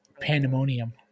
pandemonium